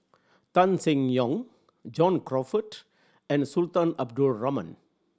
Tan Seng Yong John Crawfurd and Sultan Abdul Rahman